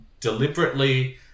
deliberately